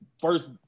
first